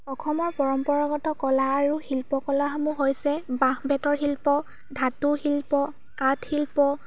অসমৰ পৰম্পৰাগত কলা আৰু শিল্পকলাসমূহ হৈছে বাঁহ বেতৰ শিল্প ধাতুৰ শিল্প কাঠ শিল্প